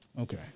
Okay